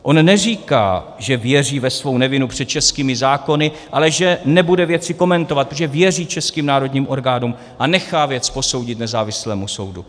On neříká, že věří ve svou nevinu před českými zákony, ale že nebude věci komentovat, že věří českým národním orgánům a nechá věc posoudit nezávislému soudu.